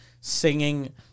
singing